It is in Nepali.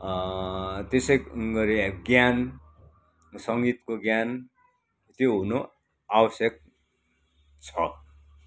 त्यसै गरी अब ज्ञान सङ्गीतको ज्ञान त्यो हुनु आवश्यक छ